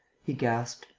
he gasped,